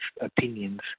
opinions